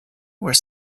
were